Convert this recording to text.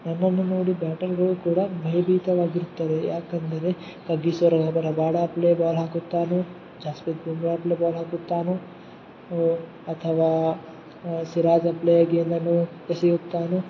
ನನ್ನನ್ನು ನೋಡಿ ಬ್ಯಾಟರ್ಗಳು ಕೂಡ ಭಯ ಭೀತರಾಗಿರುತ್ತಾರೆ ಯಾಕೆಂದರೆ ಕಗಿಸೋ ರಬಾಡಾ ಪ್ಲೇ ಬಾಲ್ ಹಾಕುತ್ತಾನೋ ಜಾಸ್ಪ್ರಿತ್ ಬುಮ್ರಾ ಪ್ಲೇ ಬಾಲ್ ಹಾಕುತ್ತಾನೋ ಅಥವಾ ಸಿರಾಜ ಪ್ಲೇಗ್ ಏನನ್ನು ಎಸೆಯುತ್ತಾನೋ